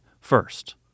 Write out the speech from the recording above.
first